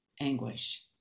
anguish